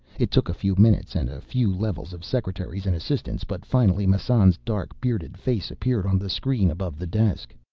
it took a few minutes and a few levels of secretaries and assistants, but finally massan's dark, bearded face appeared on the screen above the desk.